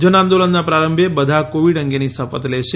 જનઆંદોલનના પ્રારંભે બધા કોવિડ અંગેની શપથ લેશે